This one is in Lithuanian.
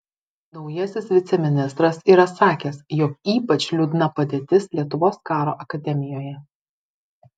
naujasis viceministras yra sakęs jog ypač liūdna padėtis lietuvos karo akademijoje